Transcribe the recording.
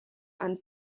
and